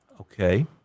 Okay